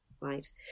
Right